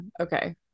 Okay